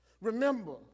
Remember